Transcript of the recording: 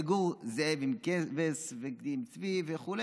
יגור זאב עם כבש וגדי עם צבי וכו',